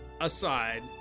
aside